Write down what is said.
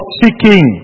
seeking